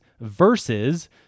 Versus